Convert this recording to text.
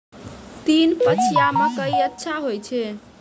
तीन पछिया मकई अच्छा होय छै?